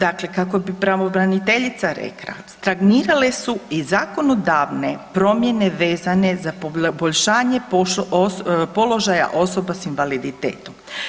Dakle kako bi pravobraniteljica rekla, stagnirale su i zakonodavne promjene vezane za poboljšanje položaja osoba s invaliditetom.